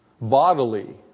Bodily